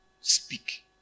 speak